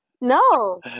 No